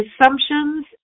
assumptions